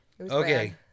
Okay